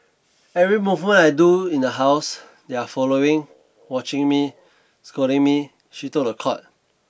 every movement I do in the house they are following watching me scolding me she told the court